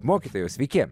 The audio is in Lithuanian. mokytojau sveiki